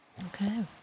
okay